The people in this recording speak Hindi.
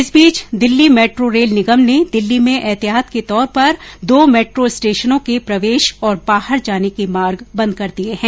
इस बीच दिल्ली मेट्रो रेल निगम ने दिल्ली में एहतियात के तौर पर दो मेट्रो स्टेशनों के प्रवेश और बाहर जाने के मार्ग बंद कर दिये हैं